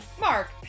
mark